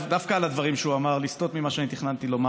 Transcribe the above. וכל הניסיונות ללכת עם ולהרגיש בלי לא מצליחים.